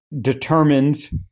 determines